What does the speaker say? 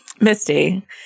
Misty